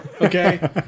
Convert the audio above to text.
Okay